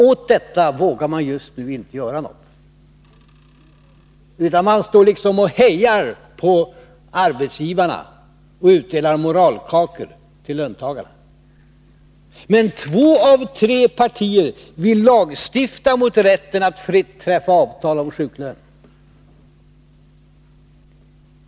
Åt detta vågar man ingenting göra just nu utan man står och hejar på arbetsgivarna och utdelar moralkakor till löntagarna. Men två av tre partier vill lagstifta mot rätten att fritt träffa avtal om sjuklön.